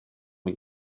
mae